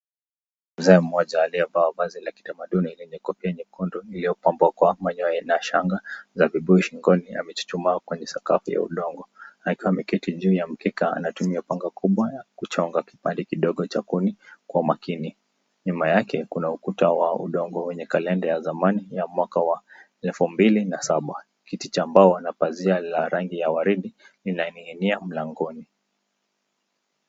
Mzee mmoja aliyevaa vazi ya kitamaduni yenye kofia ya nyekundu iliyopambwa kwa manyoya na shanga za vibuyu shingoni ,amechuchumaa kwenye sakafu ya udongo akiwa ameketi juu ya mkeka .Anatumia panga kubwa kuchonga kipande kidogo cha kuni kwa makini. Nyuma yake kuna ukuta wa udongo wenye kalenda ya zamani ya mwaka wa elfu mbili na saba kiti cha mbao na pazia la waridi ,linaning'inia mlangoni.